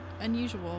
unusual